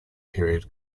period